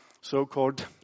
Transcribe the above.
so-called